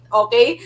okay